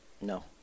No